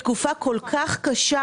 בתקופה כל כך קשה,